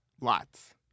Lots